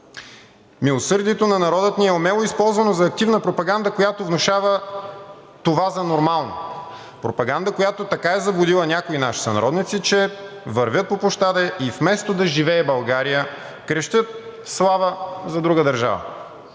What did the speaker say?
Милосърдието на народа ни е умело използвано за активна пропаганда, която внушава това за нормално, пропаганда, която така е заблудила някои наши сънародници, че вървят по площада и вместо „Да живее България!“, крещят „Слава!“ – за друга държава.